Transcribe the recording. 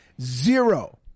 Zero